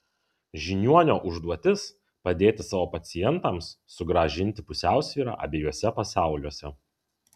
žiniuonio užduotis padėti savo pacientams sugrąžinti pusiausvyrą abiejuose pasauliuose